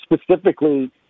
specifically